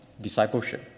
discipleship